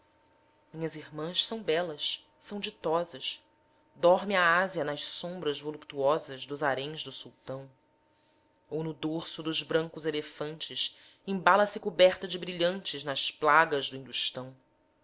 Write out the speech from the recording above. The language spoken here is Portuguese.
minhas irmãs são belas são ditosas dorme a ásia nas sombras voluptuosas dos haréns do sultão ou no dorso dos brancos elefantes embala se coberta de brilhantes nas plagas do